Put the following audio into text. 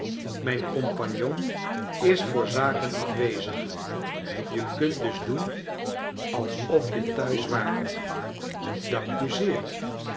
mijn compagnon is voor zaken afwezig je kunt dus doen alsof je thuis waart dank u zeer